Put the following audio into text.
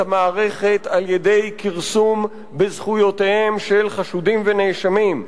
המערכת על-ידי כרסום בזכויותיהם של חשודים ונאשמים,